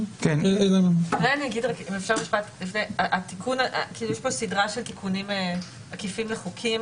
יש כאן סדרה של תיקונים עקיפים לחוקים